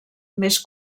més